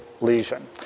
lesion